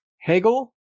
Hegel